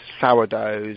sourdoughs